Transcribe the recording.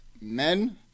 men